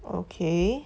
okay